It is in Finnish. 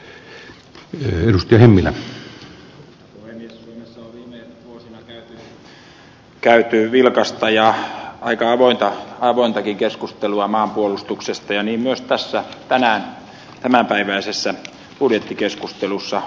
suomessa on viime vuosina käyty vilkasta ja aika avointakin keskustelua maanpuolustuksesta ja niin myös tässä tämänpäiväisessä budjettikeskustelussa